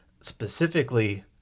specifically